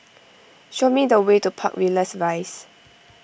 show me the way to Park Villas Rise